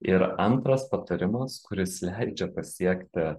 ir antras patarimas kuris leidžia pasiekti